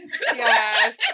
Yes